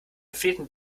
verfehlten